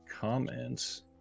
comments